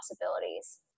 possibilities